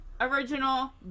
original